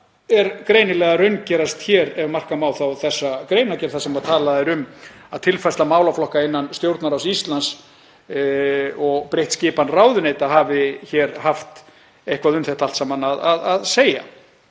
er greinilega að raungerast hér ef marka má þessa greinargerð þar sem talað er um að tilfærsla málaflokka innan Stjórnarráðs Íslands og breytt skipan ráðuneyta hafi hér haft eitthvað um þetta allt saman að segja.